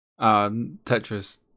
tetris